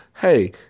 hey